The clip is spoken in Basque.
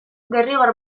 derrigor